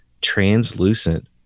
translucent